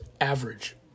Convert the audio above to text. average